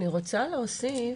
אני רוצה להוסיף,